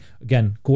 again